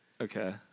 Okay